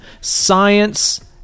science